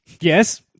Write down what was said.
Yes